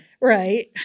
Right